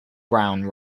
brown